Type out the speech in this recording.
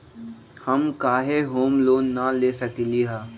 हम काहे home loan न ले सकली ह?